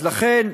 אז לכן,